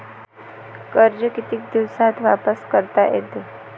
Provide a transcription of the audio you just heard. कर्ज कितीक दिवसात वापस करता येते?